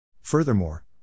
Furthermore